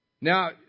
Now